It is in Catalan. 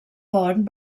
pont